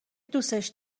دوستش